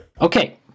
Okay